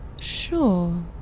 Sure